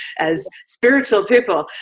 as spiritual people.